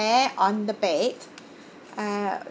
on the bed uh